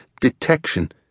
detection